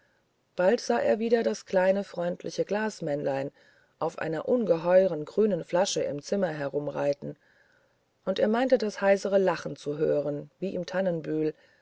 bald sah er wieder das kleine freundliche glasmännlein auf einer ungeheuren grünen flasche im zimmer umherreiten und er meinte das heisere lachen wieder zu hören wie im tannenbühl